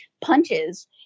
punches